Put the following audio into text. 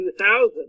2000